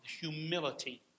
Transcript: humility